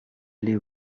aller